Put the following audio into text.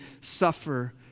suffer